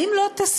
האם לא תסברי,